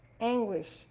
anguish